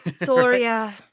Doria